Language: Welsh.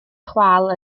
chwâl